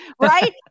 right